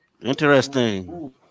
Interesting